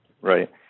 Right